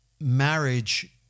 marriage